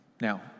Now